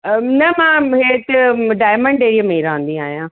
न मां हिते डायमंड एरिए में ई रहंदी आहियां